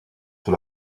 sur